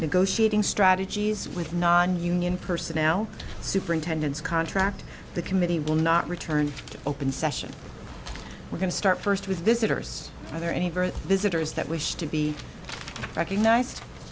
negotiating strategies with non union personnel superintendents contract the committee will not return to open session we're going to start first with visitors are there any visitors that wish to be recognized